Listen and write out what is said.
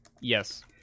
Yes